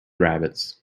rabbits